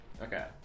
Okay